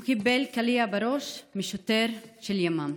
הוא קיבל קליע בראש משוטר של ימ"מ.